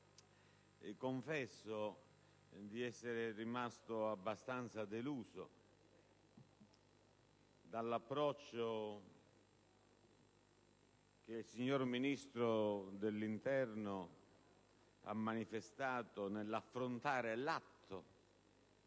confesso di essere rimasto abbastanza deluso dall'approccio che il Ministro dell'interno ha manifestato nell'affrontare l'atto